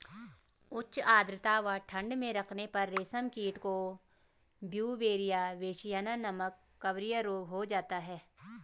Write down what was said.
उच्च आद्रता व ठंड में रखने पर रेशम कीट को ब्यूवेरिया बेसियाना नमक कवकीय रोग हो जाता है